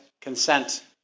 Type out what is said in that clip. consent